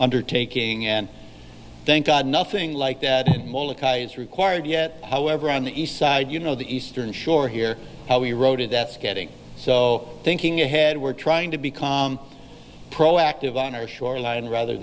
undertaking and thank god nothing like that is required yet however on the east side you know the eastern shore here how we rode it that's getting so thinking ahead we're trying to become proactive on our shoreline rather